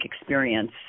experience